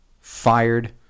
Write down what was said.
fired